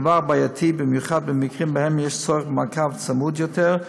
הדבר בעייתי במיוחד במקרים שבהם יש צורך במעקב צמוד יותר,